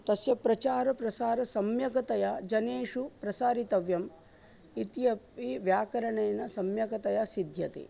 तस्य प्रचारः प्रसारः सम्यकतया जनेषु प्रसारितव्यम् इत्यपि व्याकरणेन सम्यकतया सिध्यते